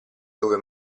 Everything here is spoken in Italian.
dove